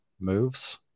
Moves